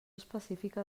específica